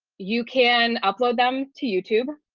you can upload them to youtube,